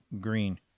green